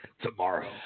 Tomorrow